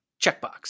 Checkbox